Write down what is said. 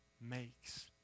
makes